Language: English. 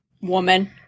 Woman